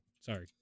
Sorry